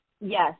Yes